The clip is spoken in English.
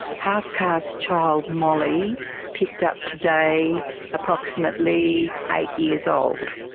half-caste child molly picked up today approximately eight years old.